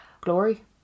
glory